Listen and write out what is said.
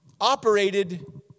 operated